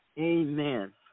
Amen